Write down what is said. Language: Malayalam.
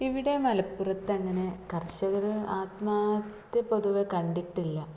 ഇവിടെ മലപ്പുറത്തങ്ങനെ കര്ഷകർ ആത്മഹത്യ പൊതുവേ കണ്ടിട്ടില്ല